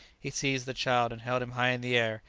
he seized the child and held him high in the air,